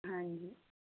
ਹਾਂਜੀ